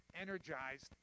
energized